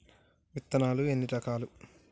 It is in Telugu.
విత్తనాలు ఎన్ని రకాలు?